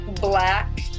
black